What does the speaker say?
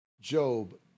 Job